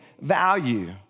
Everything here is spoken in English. value